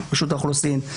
זה רשות האוכלוסין.